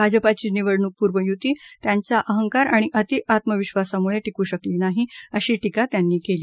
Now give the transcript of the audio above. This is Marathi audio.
भाजपाची निवडणूकपूर्व युती त्यांच्या अंहकार आणि अतिआत्मविश्वासामुळे टिकू शकली नाही अशी टीका त्यांनी केली